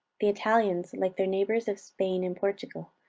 the italians, like their neighbors of spain and portugal,